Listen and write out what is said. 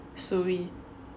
Suyi